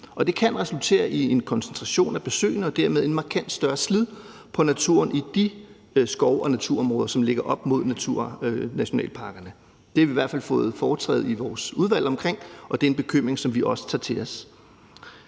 det kan resultere i en koncentration af besøgene og dermed et markant større slid på naturen i de skov- og naturområder, som ligger op mod naturnationalparkerne. Det har vi i hvert fald haft foretræde i vores udvalg omkring, og det er en bekymring, som vi også tager til os.